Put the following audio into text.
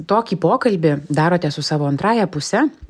tokį pokalbį darote su savo antrąja puse